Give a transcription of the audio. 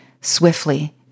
swiftly